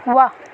ವಾಹ್